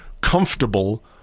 comfortable